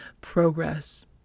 progress